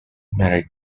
married